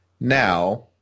Now